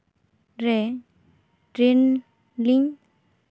ᱨᱮ ᱴᱨᱮᱱ ᱞᱤᱧ